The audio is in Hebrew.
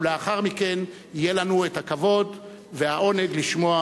ולאחר מכן יהיה לנו הכבוד והעונג לשמוע